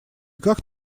как